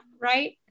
right